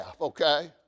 okay